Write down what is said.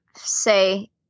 say